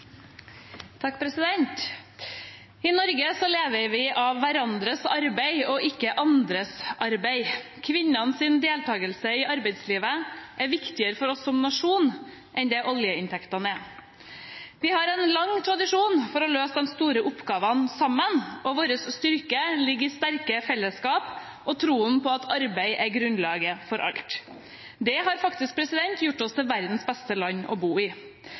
I Norge lever vi av hverandres arbeid og ikke andres arbeid. Kvinnenes deltakelse i arbeidslivet er viktigere for oss som nasjon enn det oljeinntektene er. Vi har en lang tradisjon for å løse de store oppgavene sammen, og vår styrke ligger i sterke fellesskap og troen på at arbeid er grunnlaget for alt. Det har faktisk gjort oss til verdens beste land å bo i.